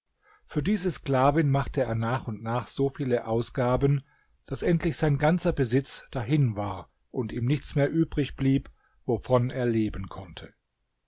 für diese sklavin machte er nach und nach so viele ausgaben daß endlich sein ganzer besitz dahin war und ihm nichts mehr übrig blieb wovon er leben konnte